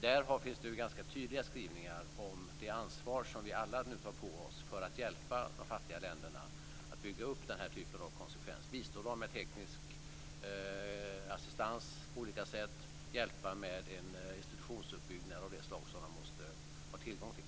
Det finns ganska tydliga skrivningar om det ansvar som vi alla nu tar på oss för att hjälpa de fattiga länderna att bygga upp den här typen av kompetens, bistå dem med teknisk assistans på olika sätt och hjälpa dem med en institutionsuppbyggnad av det slag som de måste ha tillgång till.